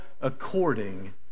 according